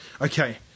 okay